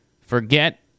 Forget